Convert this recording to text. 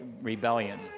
rebellion